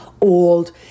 old